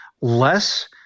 less